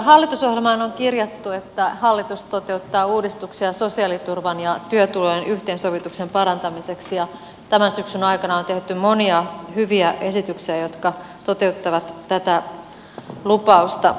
hallitusohjelmaan on kirjattu että hallitus toteuttaa uudistuksia sosiaaliturvan ja työtulojen yhteensovituksen parantamiseksi ja tämän syksyn aikana on tehty monia hyviä esityksiä jotka toteuttavat tätä lupausta